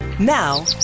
Now